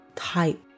type